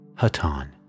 Hatan